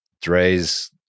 Dre's